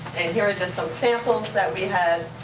and here are just some samples that we have.